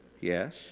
Yes